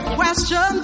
question